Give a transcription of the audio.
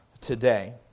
today